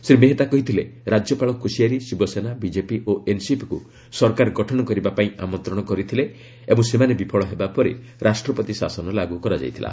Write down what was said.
ଶ୍ରୀ ମେହେଟ୍ଟା କହିଥିଲେ ରାଜ୍ୟପାଳ କୋଶିଆରୀ ଶିବସେନା ବିଜେପି ଓ ଏନ୍ସିପିକୁ ସରକାର ଗଠନ କରିବା ପାଇଁ ଆମନ୍ତ୍ରଣ କରିଥିଲେ ଓ ସେମାନେ ବିଫଳ ହେବା ପରେ ରାଷ୍ଟ୍ରପତି ଶାସନ ଲାଗୁ କରିଥିଲେ